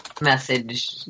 message